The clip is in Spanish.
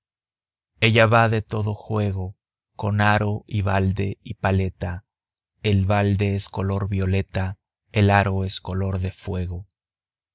ella va de todo juego con aro y balde y paleta el balde es color violeta el aro es color de fuego